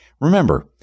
Remember